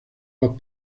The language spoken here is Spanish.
los